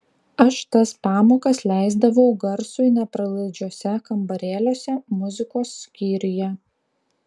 aš tas pamokas leisdavau garsui nepralaidžiuose kambarėliuose muzikos skyriuje